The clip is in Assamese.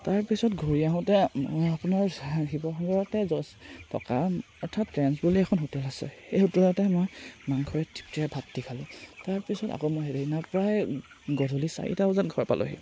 তাৰপিছত ঘূৰি আহোঁতে মই আপোনাৰ শিৱসাগৰতে জছ থকা অৰ্থাৎ ট্ৰেণ্ডছ বুলি এখন হোটেল আছে সেই হোটেলতে মই মাংসৰে তৃপ্তিৰে ভাতটি খালোঁ তাৰপিছত আকৌ মই সেইদিনা প্ৰায় গধূলি চাৰিটা বজাত ঘৰ পালোঁহি